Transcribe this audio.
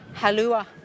halua